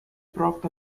brought